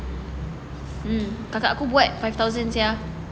mm kakak aku buat five thousands sia